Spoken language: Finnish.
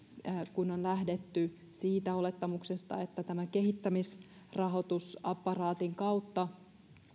kun on lähdetty siitä olettamuksesta että tämän kehittämisrahoitusapparaatin kautta